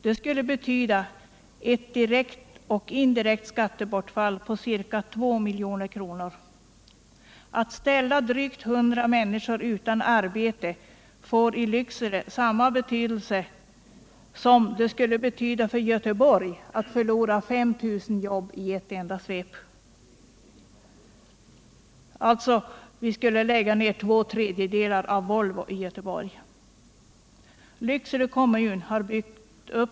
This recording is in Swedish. Det skulle betyda ett direkt och indirekt skattebortfall på ca 2 milj.kr. Att ställa drygt 100 människor utan arbete får i Lycksele samma betydelse som det skulle få för Göteborg att förlora 5 000 jobb i ett enda svep. Det har alltså samma effekt i Lycksele att lägga ned Algots som det skulle ha i Göteborg om man lade ned två tredjedelar av Volvo där.